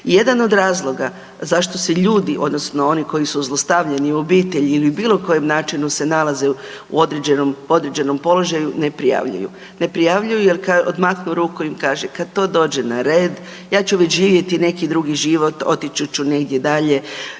Jedan od razloga zašto se ljudi odnosno oni koji su zlostavljani u obitelji ili bilo kojem načinu se nalaze u određenom položaju ne prijavljuju. Ne prijavljuju jel odmahnu rukom i kaže kad to dođe na red ja ću već živjeti neki drugi život, otići ću negdje dalje